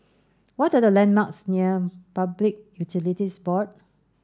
what are the landmarks near Public Utilities Board